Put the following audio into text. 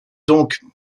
doncques